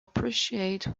appreciate